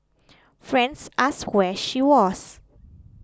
friends asked where she was